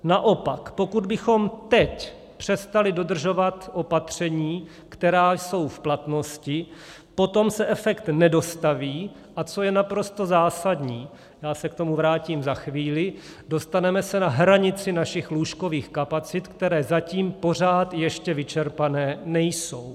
Naopak, pokud bychom teď přestali dodržovat opatření, která jsou v platnosti, potom se efekt nedostaví, a co je naprosto zásadní, a já se k tomu vrátím za chvíli, dostaneme se na hranici našich lůžkových kapacit, které zatím pořád ještě vyčerpané nejsou.